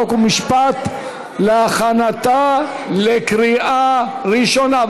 חוק ומשפט להכנתה לקריאה ראשונה,